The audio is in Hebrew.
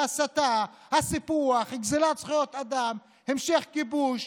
ההסתה, הסיפוח, גזל זכויות אדם, המשך כיבוש,